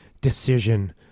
decision